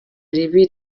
ribi